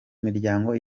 miryango